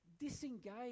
disengage